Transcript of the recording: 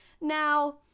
Now